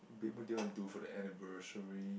people didn't want to do for their anniversary